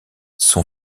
son